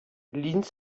linz